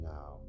Now